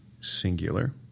singular